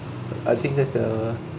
I think that's the